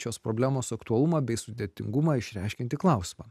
šios problemos aktualumą bei sudėtingumą išreiškiantį klausimą